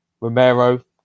Romero